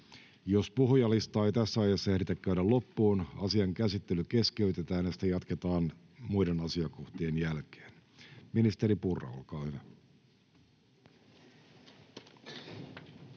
Jos puhujalistaa ei tässä ajassa ehditä käydä loppuun, asian käsittely keskeytetään ja sitä jatketaan muiden asiakohtien jälkeen. — Oikeusministeri Meri, olkaa hyvä.